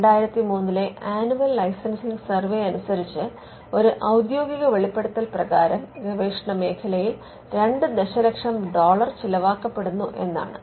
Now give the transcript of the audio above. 2003ലെ annual licensing survey അനുസരിച്ച് ഒരു ഔദ്യോഗിക വെളിപ്പെടുത്തൽ പ്രകാരം ഗവേഷണമേഖലയിൽ 2 ദശലക്ഷം ഡോളർ ചിലവാക്കപ്പെടുന്നു എന്നാണ്